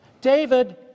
David